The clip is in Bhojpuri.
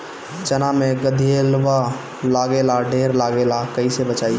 चना मै गधयीलवा लागे ला ढेर लागेला कईसे बचाई?